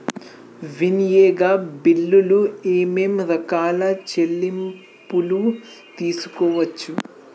వినియోగ బిల్లులు ఏమేం రకాల చెల్లింపులు తీసుకోవచ్చు?